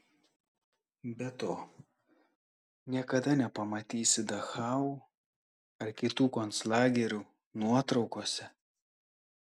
bet to niekada nepamatysi dachau ar kitų konclagerių nuotraukose